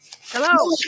Hello